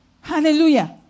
Hallelujah